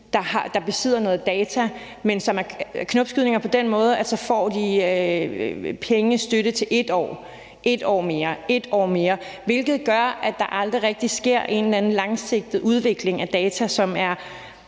der besidder noget data, men det er knopskydninger på den måde, at de så får penge til støtte i 1 år og så 1 år mere og 1 år mere. Det gør, at der aldrig rigtig sker en langsigtet udvikling af data, hvilket